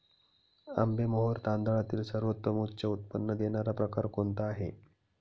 आंबेमोहोर तांदळातील सर्वोत्तम उच्च उत्पन्न देणारा प्रकार कोणता आहे?